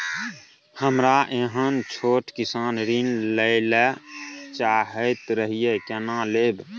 हमरा एहन छोट किसान ऋण लैले चाहैत रहि केना लेब?